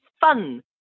fun